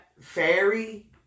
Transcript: fairy